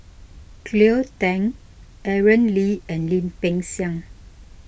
Cleo Thang Aaron Lee and Lim Peng Siang